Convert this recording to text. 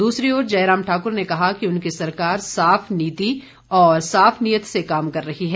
दूसरी ओर जयराम ठाकुर ने कहा कि उनकी सरकार साफ नीति और साफ नीयत से काम कर रही है